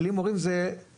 בלי מורים, זה לא מספיק.